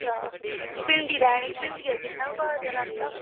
हां भिंडी लैनी भिंडी दा किन्ना भाऽ चलै दा